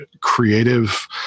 creative